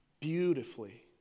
Beautifully